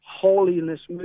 holiness